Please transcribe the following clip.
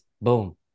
Boom